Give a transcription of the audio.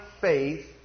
faith